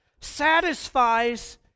satisfies